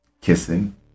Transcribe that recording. kissing